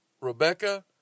Rebecca